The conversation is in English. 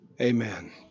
Amen